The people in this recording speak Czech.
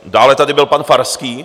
Dále tady byl pan Farský.